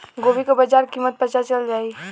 गोभी का बाजार कीमत पता चल जाई?